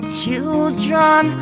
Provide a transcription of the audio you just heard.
children